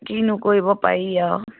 কিনো কৰিব পাৰি আৰু